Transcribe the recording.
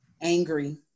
angry